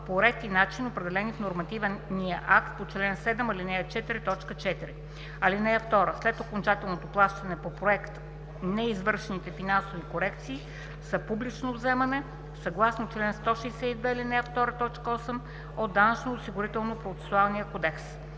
по ред и начин, определени в нормативния акт по чл. 7, ал. 4, т. 4. (2) След окончателното плащане по проект неизвършените финансови корекции са публично вземане съгласно чл. 162, ал. 2, т. 8 от Данъчно-осигурителния процесуален кодекс.”